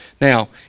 Now